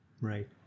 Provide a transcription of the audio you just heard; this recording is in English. Right